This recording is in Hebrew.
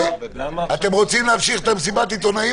אתם רוצים להמשיך את מסיבת העיתונאים,